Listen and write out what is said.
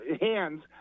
hands